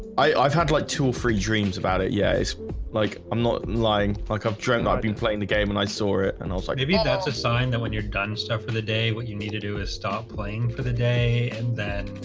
i've had like two or three dreams about it yeah, it's like i'm not lying dreamt i've been playing the game and i saw it and i was like maybe that's a sign then when you're done stuff for the day. what you need to do is stop playing for the day and then